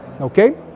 Okay